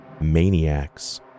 maniacs